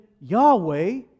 Yahweh